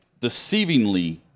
deceivingly